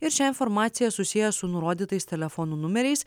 ir šią informaciją susieja su nurodytais telefonų numeriais